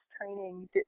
training